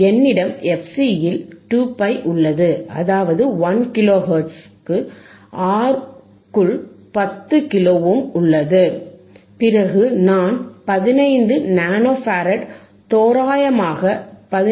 என்னிடம் fcயில் 2π உள்ளது அதாவது 1 கிலோ ஹெர்ட்ஸ் ஆர் க்குள் 10 கிலோ ஓம் உள்ளது பிறகு நான் 15 நானோ ஃபாரட் தோராயமாக 15